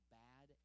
bad